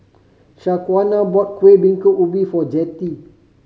Shaquana bought Kueh Bingka Ubi for Jettie